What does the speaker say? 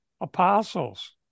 apostles